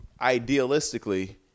idealistically